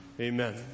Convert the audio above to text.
Amen